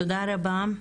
תודה רבה.